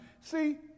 See